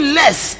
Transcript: less